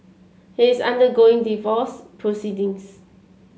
he is undergoing divorce proceedings